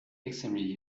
extremely